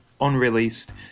unreleased